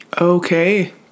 Okay